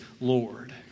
Lord